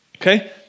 Okay